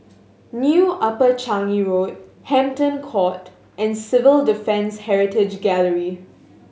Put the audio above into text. New Upper Changi Road Hampton Court and Civil Defence Heritage Gallery